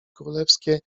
królewskie